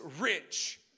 rich